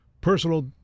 personal